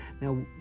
Now